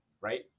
right